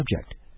subject